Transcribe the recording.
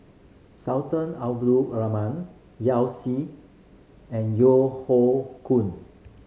Sultan Abdul Rahman Yao Zi and Yeo Hoe Koon